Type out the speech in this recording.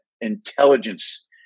intelligence